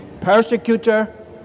persecutor